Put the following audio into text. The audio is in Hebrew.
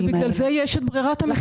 לכן יש ברירת המחדל.